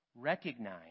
recognize